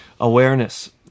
awareness